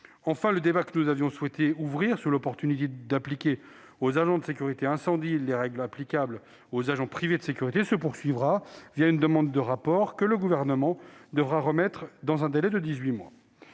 Enfin, le débat que nous avions souhaité ouvrir sur l'opportunité d'appliquer aux agents de sécurité incendie les règles applicables aux agents de sécurité privée se poursuivra, une demande de rapport que le Gouvernement devra remettre dans un délai de dix-huit